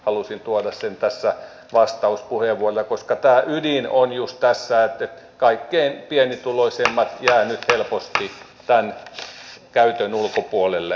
halusin tuoda sen tässä vastauspuheenvuorossa koska tämä ydin on just tässä että kaikkein pienituloisimmat jäävät nyt helposti tämän käytön ulkopuolelle